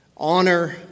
honor